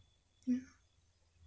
ya